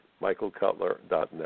michaelcutler.net